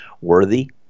worthy